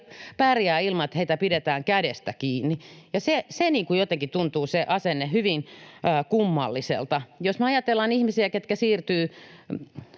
pärjää ilman, että heitä pidetään kädestä kiinni. Se asenne jotenkin tuntuu hyvin kummalliselta. Jos me ajatellaan ihmisiä, ketkä siirtyvät